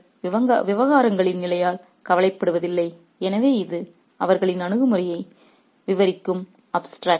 அவர்கள் விவகாரங்களின் நிலையால் கவலைப்படுவதில்லை எனவே இது அவர்களின் அணுகுமுறையை விவரிக்கும் சாறு